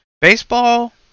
Baseball